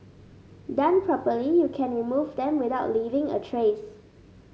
done properly you can remove them without leaving a trace